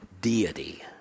deity